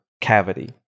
cavity